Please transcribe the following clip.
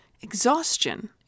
Exhaustion